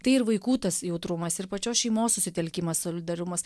tai ir vaikų tas jautrumas ir pačios šeimos susitelkimas solidarumas